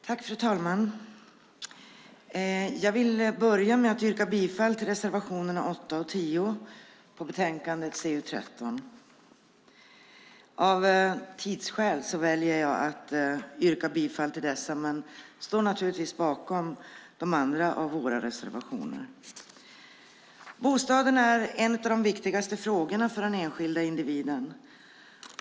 Fru talman! Jag vill börja med att yrka bifall till reservationerna 8 och 10 i betänkandet CU13. Av tidsskäl väljer jag att yrka bifall till dessa men står naturligtvis bakom även våra andra reservationer. Bostaden är en av de viktigaste frågorna för den enskilda individen.